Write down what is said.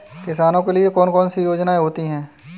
किसानों के लिए कौन कौन सी योजनायें होती हैं?